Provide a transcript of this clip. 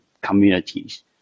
communities